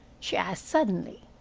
she asked suddenly.